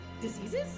diseases